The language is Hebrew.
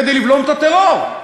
כדי לבלום את הטרור.